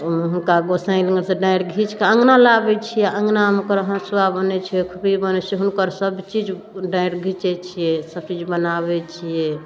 हुनका गोसाईं लगसँ डाँरि घिचिकऽ अँगना लाबै छिए अँगनामे ओकर हँसुआ बनै छै खुरपी बनै छै हुनकर सबचीज डाँरि घिचै छिए सबचीज बनाबै छिए